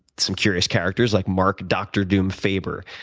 some curious characters like mark dr. doom favor,